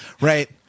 right